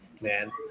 man